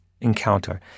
encounter